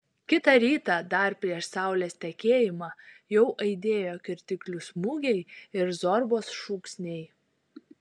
kitą rytą dar prieš saulės tekėjimą jau aidėjo kirtiklių smūgiai ir zorbos šūksniai